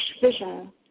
vision